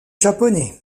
japonais